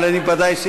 אבל אם נרשמת,